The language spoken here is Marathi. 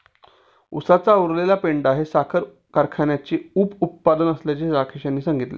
उसाचा उरलेला पेंढा हे साखर कारखान्याचे उपउत्पादन असल्याचे राकेश यांनी सांगितले